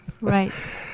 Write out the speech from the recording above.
Right